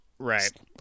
Right